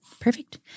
perfect